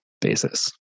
basis